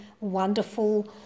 wonderful